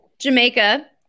jamaica